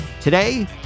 Today